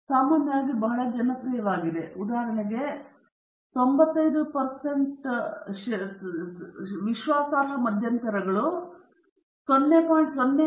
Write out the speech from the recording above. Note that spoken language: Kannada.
05 ಅನ್ನು ಹೊಂದಿದ್ದೇವೆ ಇದು ಸಾಮಾನ್ಯವಾಗಿ ಬಹಳ ಜನಪ್ರಿಯವಾಗಿದೆ ಉದಾಹರಣೆಗೆ 95 ವಿಶ್ವಾಸಾರ್ಹ ಮಧ್ಯಂತರಗಳು 0